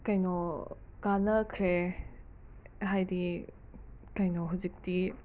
ꯀꯩꯅꯣ ꯀꯥꯟꯅꯈ꯭ꯔꯦ ꯍꯥꯏꯗꯤ ꯀꯩꯅꯣ ꯍꯨꯖꯤꯛꯇꯤ